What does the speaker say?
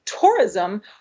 tourism